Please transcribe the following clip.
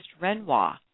Renoir